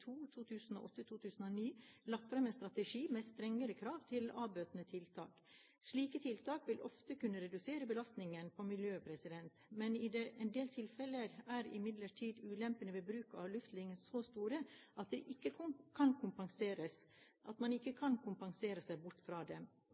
lagt fram en strategi med strengere krav til avbøtende tiltak. Slike tiltak vil ofte kunne redusere belastningen på miljøet, men i en del tilfeller er ulempene ved bruk av luftlinje så store at man ikke kan kompensere seg bort fra dem. I klagebehandlingen av linjen strekningen Sima–Samnanger viste departementet til at det ikke